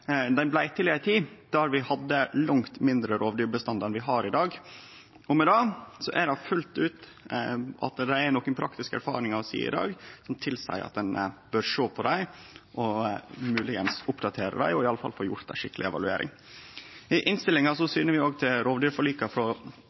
tid då vi hadde ein langt mindre rovdyrbestand enn vi har i dag. Og med det er det nokre praktiske erfaringar vi har i dag som tilseier at ein bør sjå på dei og kanskje oppdatere dei – og iallfall få gjort ei skikkeleg evaluering. I innstillinga syner vi òg til rovviltforlika frå 2004 og 2011 og til ulveforliket frå